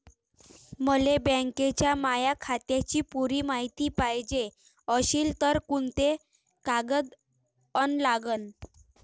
मले बँकेच्या माया खात्याची पुरी मायती पायजे अशील तर कुंते कागद अन लागन?